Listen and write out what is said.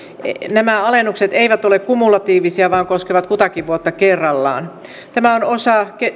nämä alennukset eivät ole kumulatiivisia vaan koskevat kutakin vuotta kerrallaan tämä on osa